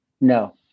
no